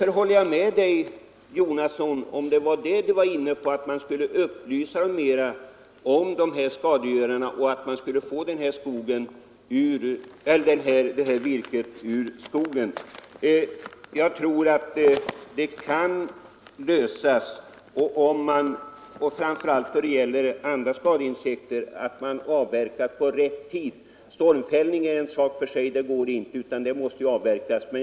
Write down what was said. Jag håller med herr Jonasson angående behovet om upplysning när det gäller ackumulerad inkomst, men man borde även upplysa skogsägarna mera om dessa skadeinsekter så att de forslar bort virket ur skogen. Jag tror att problemet kan lösas, och framför allt när det gäller andra skadeinsekter, exempelvis märgborrar, det viktigt att man även röjer skogen under rätt årstid. Stormfällning är en sak för sig.